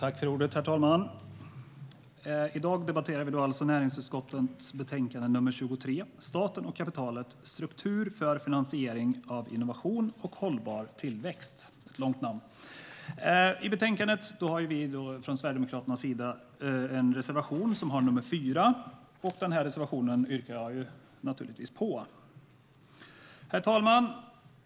Herr talman! Vi debatterar alltså näringsutskottets betänkande nr 23 Staten och kapitalet - struktur för finansiering av innovation och hållbar tillväxt . Det är en lång titel. I betänkandet har Sverigedemokraterna en reservation, nr 4, som jag naturligtvis yrkar bifall till. Herr talman!